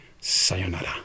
Sayonara